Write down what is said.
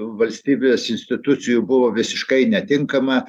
valstybės institucijų buvo visiškai netinkama